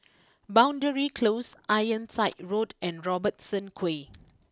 boundary close Ironside Road and Robertson Quay